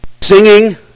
singing